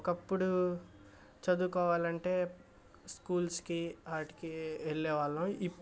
ఒకప్పుడు చదువుకోవాలంటే స్కూల్స్కి ఆటికి వెళ్ళేవాళ్ళం ఇప్